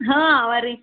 ಹಾಂ ಅವಾರೀ